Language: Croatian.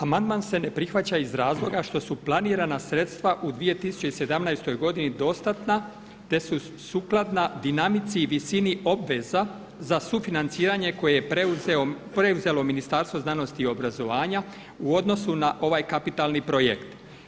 Amandman se ne prihvaća iz razloga što su planirana sredstva u 2017. godini dostatna te su sukladna dinamici i visini obveza za sufinanciranje koje je preuzelo Ministarstvo znanosti i obrazovanja u odnosu na ovaj kapitalni projekt.